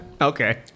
Okay